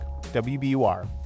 WBUR